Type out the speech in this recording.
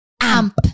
AMP